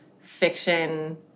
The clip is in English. fiction